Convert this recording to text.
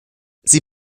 sie